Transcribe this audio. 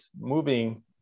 moving